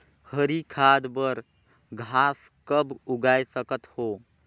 हरी खाद बर घास कब उगाय सकत हो?